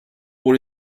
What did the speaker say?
pour